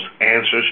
answers